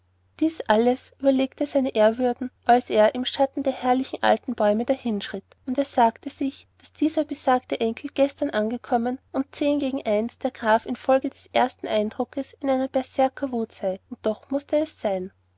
dies alles überlegte sich seine ehrwürden als er im schatten der herrlichen alten bäume dahinschritt und er sagte sich daß dieser besagte enkel gestern angekommen und zehn gegen eins der graf infolge des ersten eindruckes in einer berserkerwut sei und doch mußte es sein